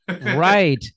Right